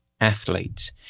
athletes